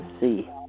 see